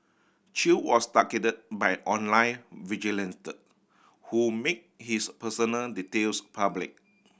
Chew was targeted by online vigilantes who made his personal details public